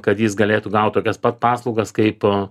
kad jis galėtų gaut tokias pat paslaugas kaipo